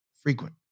frequent